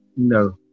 No